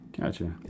Gotcha